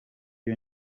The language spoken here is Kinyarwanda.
iyo